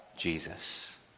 Jesus